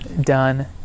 done